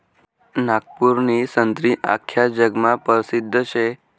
नागपूरनी संत्री आख्खा जगमा परसिद्ध शे